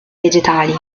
vegetali